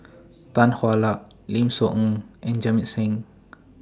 Tan Hwa Luck Lim Soo Ngee and Jamit Singh